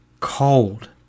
cold